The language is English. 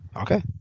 Okay